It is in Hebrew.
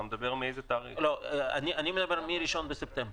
אני מדבר מ-1 בספטמבר